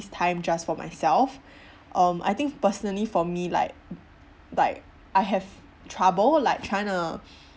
time just for myself um I think personally for me like like I have trouble like trying to